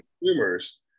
consumers